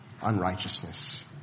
unrighteousness